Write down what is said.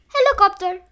Helicopter